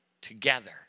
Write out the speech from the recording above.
together